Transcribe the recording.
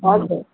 हजुर